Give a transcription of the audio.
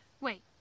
Wait